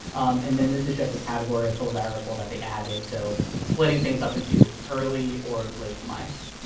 and then this is just a categorical variable that they added, so splitting things up into early or late mice.